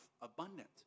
abundant